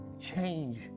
change